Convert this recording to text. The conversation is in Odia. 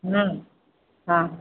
ହଁ